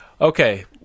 Okay